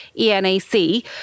ENAC